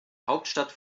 hauptstadt